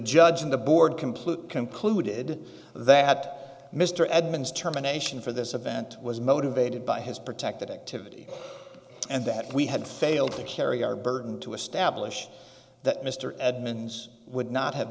judge and the board completely concluded that mr edmunds terminations for this event was motivated by his protected activity and that we had failed to carry our burden to establish that mr edmunds would not have